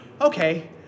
okay